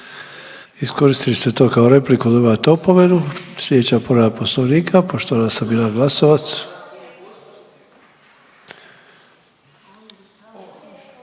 Iskoristili ste to kao repliku dobivate opomenu. Sljedeća povreda poslovnika poštovana Sabina Glasovac.